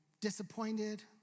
disappointed